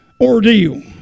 ordeal